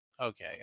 Okay